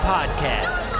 Podcast